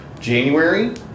January